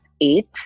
eight